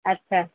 ଆଚ୍ଛା